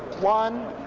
one.